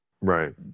Right